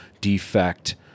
defect